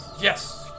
Yes